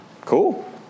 cool